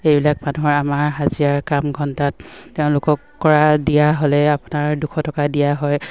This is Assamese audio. এইবিলাক মানুহৰ আমাৰ হাজিৰাৰ কাম ঘণ্টাত তেওঁলোকক কৰা দিয়া হ'লে আপোনাৰ দুশ টকা দিয়া হয়